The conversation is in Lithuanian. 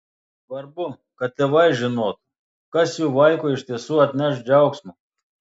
svarbu kad tėvai žinotų kas jų vaikui iš tiesų atneš džiaugsmo